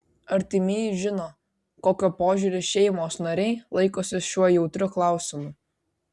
artimieji žino kokio požiūrio šeimos nariai laikosi šiuo jautriu klausimu